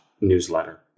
newsletter